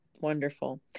Wonderful